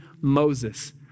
Moses